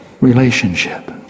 Relationship